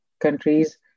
countries